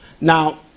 Now